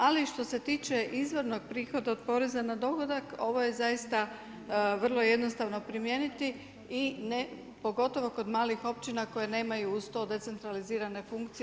Ali što se tiče izvornog prihoda od poreza na dohodak ovo je zaista vrlo jednostavno primijeniti i pogotovo kod malih općina koje nemaju uz to decentralizirane funkcije.